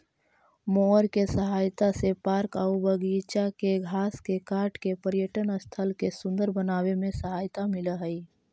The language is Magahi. मोअर के सहायता से पार्क आऊ बागिचा के घास के काट के पर्यटन स्थल के सुन्दर बनावे में सहायता मिलऽ हई